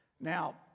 Now